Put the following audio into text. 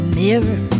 mirror